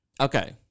Okay